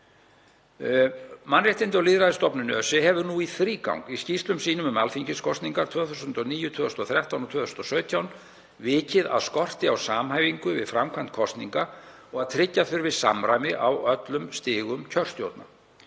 mannréttindastofnun ÖSE hefur nú í þrígang í skýrslum sínum um alþingiskosningar 2009, 2013 og 2017 vikið að skorti á samhæfingu við framkvæmd kosninga og að tryggja þurfi samræmi á öllum stigum kjörstjórna.